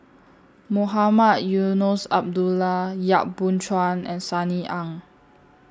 Mohamed Eunos Abdullah Yap Boon Chuan and Sunny Ang